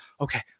okay